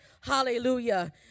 hallelujah